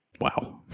Wow